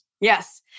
Yes